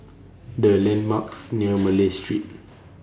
What Are The landmarks near Malay Street